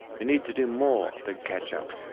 we need to do more than catch up.